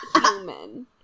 human